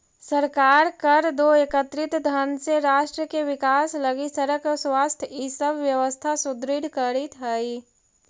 सरकार कर दो एकत्रित धन से राष्ट्र के विकास लगी सड़क स्वास्थ्य इ सब व्यवस्था सुदृढ़ करीइत हई